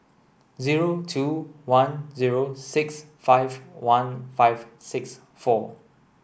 zero two one zero six five one five six four